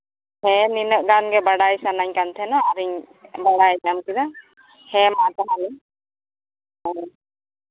ᱦᱮᱸ ᱱᱤᱱᱟᱹᱜ ᱜᱟᱱ ᱵᱟᱰᱟᱭ ᱥᱟᱱᱟᱧ ᱠᱟᱱ ᱛᱟᱦᱮᱱᱟ ᱟᱨᱤᱧ ᱵᱟᱲᱟᱭ ᱧᱟᱢ ᱠᱮᱫᱟ ᱦᱮᱸ ᱢᱟ ᱛᱟᱦᱚᱞᱮ ᱦᱮᱸ